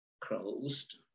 closed